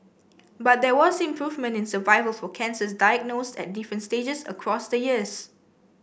but there was improvement in survival for cancers diagnosed at different stages across the years